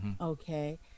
Okay